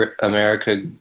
America